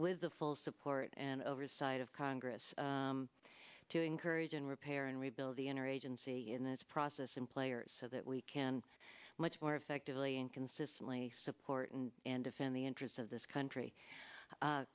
with the full support and oversight of congress to encourage and repair and rebuild the inner agency in this process and player so that we can much more effectively and consistently support and defend the interests of this country a